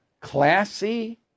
Classy